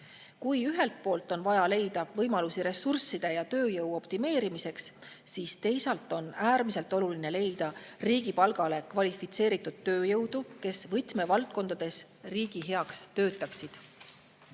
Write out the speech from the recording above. Ühelt poolt on vaja leida võimalusi ressursside ja tööjõu optimeerimiseks, aga teisalt on äärmiselt oluline leida riigi palgale kvalifitseeritud tööjõudu, kes võtmevaldkondades riigi heaks töötaks.